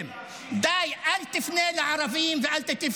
די, אל תפנה לערבים ואל תטיף.